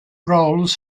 roles